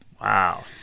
Wow